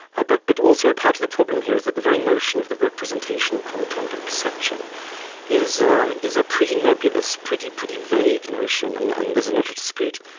ah but but also part of the problem here is that the very notion of the representational content of perception is um a pretty nebulous, pretty pretty vague notion, and and there's a lot of dispute,